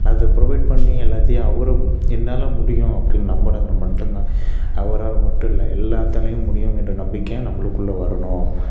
அதை புரொவைட் பண்ணி எல்லாத்தையும் அவர் என்னால் முடியும் அப்படின்னு நம்பினதால் மட்டுந்தான் அவரால் மட்டும் இல்லை எல்லாத்தாலையும் முடியும் என்ற நம்பிக்கை நம்மளுக்குள்ள வரணும்